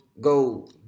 go